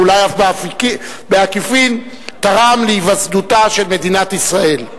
ואולי אף בעקיפין תרם להיווסדותה של מדינת ישראל.